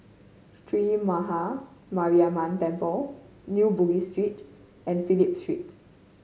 Sree Maha Mariamman Temple New Bugis Street and Phillip Street